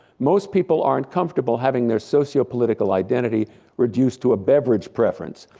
most people aren't comfortable having their sociopolitical identity reduced to a beverage preference.